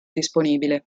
disponibile